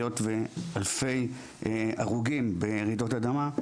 היות שיש אלפי הרוגים ברעידות האדמה,